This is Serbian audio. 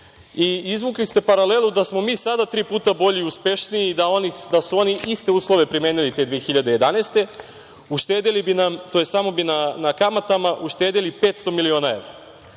I izvukli ste paralelu da smo mi sada tri puta bolji, uspešniji, da su oni iste uslove primenili te 2011. godine, samo bi na kamatama uštedeli 500 miliona